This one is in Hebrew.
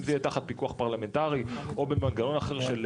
אם זה יהיה תחת פיקוח פרלמנטרי או במנגנון אחר של